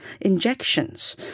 injections